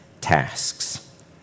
tasks